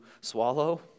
swallow